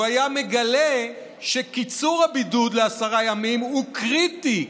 הוא היה מגלה שקיצור הבידוד לעשרה ימים הוא קריטי,